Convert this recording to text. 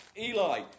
Eli